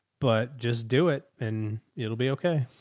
but just do it and it'll be okay.